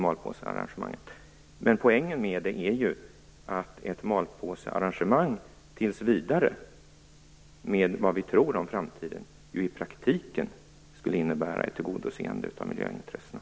Men poängen med detta är ju att ett malpåsearrangemang tills vidare i kombination med vad vi tror om framtiden ju i praktiken skulle innebära ett tillgodoseende av miljöintressena.